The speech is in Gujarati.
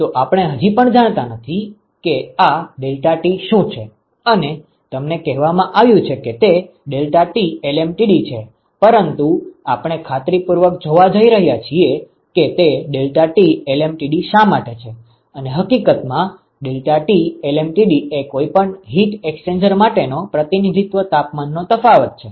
તો આપણે હજી પણ જાણતા નથી કે આ ડેલ્ટા T શું છે અને તમને કહેવામાં આવ્યું છે કે તે ડેલ્ટા T LMTD છે પરંતુ આપણે ખાતરીપૂર્વક જોવા જઈ રહ્યા છીએ કે તે ડેલ્ટા T LMTD શા માટે છે અને હકીકતમાં ડેલ્ટા T LMTD એ કોઈપણ હિટ એક્સ્ચેન્જર માટેનો પ્રતિનિધિત્વ તાપમાનનો તફાવત છે